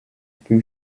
puis